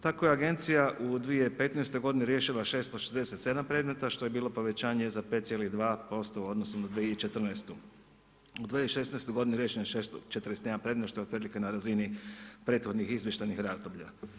Tako je agencija u 2015. godini riješila 667 predmeta što je bilo povećanje za 5,2% u odnosu na 2014. u 2016. godini riješeno je 641 predmet što je otprilike na razini prethodnih izvještajnih razdoblja.